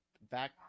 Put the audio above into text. back